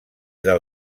del